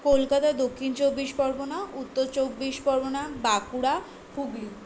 Kolkata Dakshin Chabbish Pargana Uttar Chabbish Pargana Bankura Hooghly